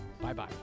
Bye-bye